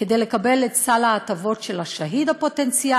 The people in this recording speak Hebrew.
כדי לקבל את סל ההטבות של השהיד הפוטנציאלי,